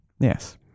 Yes